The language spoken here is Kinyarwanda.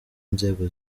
nzego